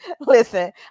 Listen